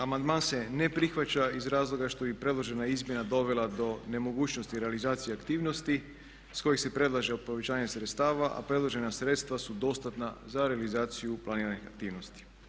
Amandman se ne prihvaća iz razloga što bi predložena izmjena dovela do nemogućnosti realizacije aktivnosti iz kojih se predlaže povećanje sredstava, a predložena sredstva su dostatna za realizaciju planiranih aktivnosti.